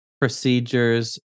procedures